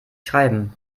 schreiben